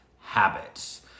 habits